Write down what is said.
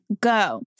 go